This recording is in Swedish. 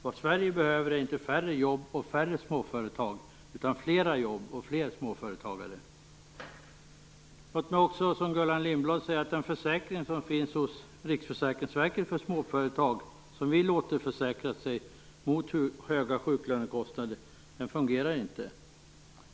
Vad Sverige behöver är inte färre jobb och färre småföretag utan fler jobb och fler småföretagare. Låt mig också, som Gullan Lindblad, säga att den försäkring som finns hos Riksförsäkringsverket för småföretag som vill återförsäkra sig mot höga sjuklönekostnader inte fungerar.